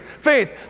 faith